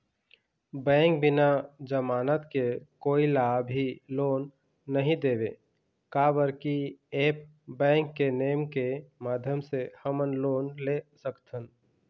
Bank बिना जमानत के कोई ला भी लोन नहीं देवे का बर की ऐप बैंक के नेम के माध्यम से हमन लोन ले सकथन?